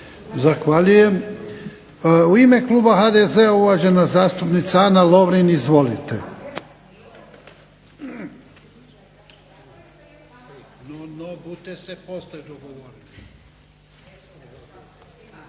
Zahvaljujem. U ime kluba HDZ-a uvažena zastupnica Ana Lovrin. Izvolite.